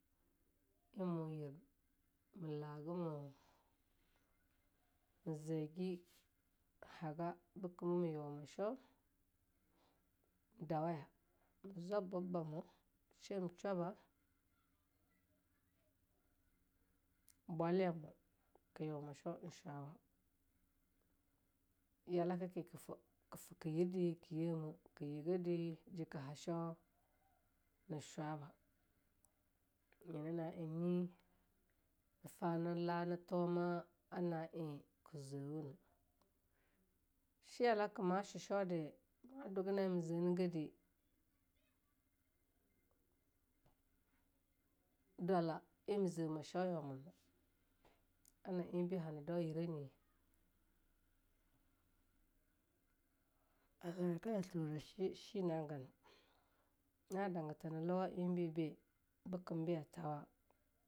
Ei moyir me faga me ze ge haga bekim be me yuewama shoe dawaya, zwabba moe, shem bwalyamu ke yuwama shoe shwaba, yalake ke ke fake foe ke yirde ke yeme ke yigede ji ka ha shoe ne shwaba. nyena na'ei nyi, nafa ne la na tuwama na'ei ke zoewene. shi yalaka mah shwu shoe de ma duga na'ei ma ze negedi dwala ei ma ze me show yawa moe na, ana eibe hana dau yire nye a araga tora shi shinagal, Na dagatha na lawa eibe be bekim be yathawa.